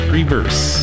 reverse